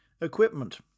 Equipment